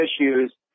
issues